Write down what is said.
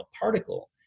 particle